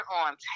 on